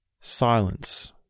silence